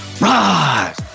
rise